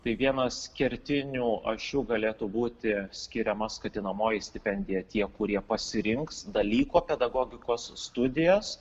tai vienas kertinių ašių galėtų būti skiriama skatinamoji stipendija tie kurie pasirinks dalyko pedagogikos studijas